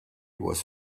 was